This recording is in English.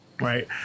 right